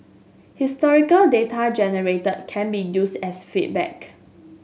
historical data generated can be used as feedback